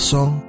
Song